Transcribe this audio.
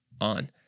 on